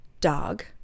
dog